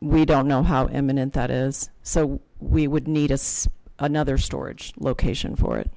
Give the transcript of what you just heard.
we don't know how imminent that is so we would need to see another storage location for it